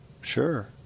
Sure